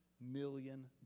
million